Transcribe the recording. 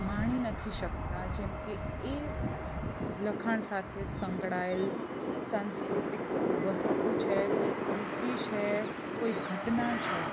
માણી નથી શકતા જેમ કે એ લખાણ સાથે સંકળાયેલ સાંસ્કૃતિક કોઈ વસ્તુ છે કોઈ કૃતિ છે કોઈ ઘટના છે